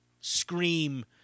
scream